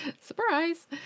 Surprise